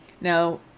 now